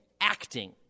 acting